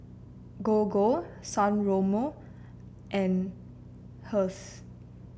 Gogo San Remo and Heinz